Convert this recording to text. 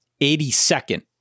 82nd